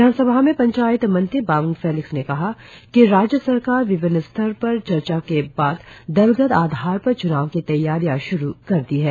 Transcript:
विधानसभा में पंचायत मंत्री बामंग फेलिक्स ने कहा कि राज्य सरकार विभिन्न स्तर पर चर्चा के बाद दलगत आधार पर चुनाव की तैयारियां शुरु कर दी है